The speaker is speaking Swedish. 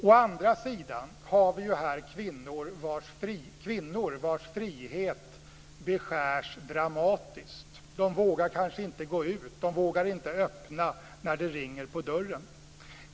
Å andra sidan har vi i det här fallet kvinnor vars frihet beskärs dramatiskt. De vågar kanske inte gå ut. De vågar inte öppna när det ringer på dörren.